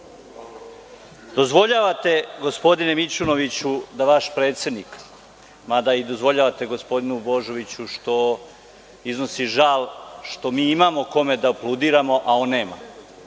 dozvoljavate da vaš predsednik, mada dozvoljavate i gospodinu Božoviću što iznosi žal što mi imamo kome da aplaudiramo, a on nema,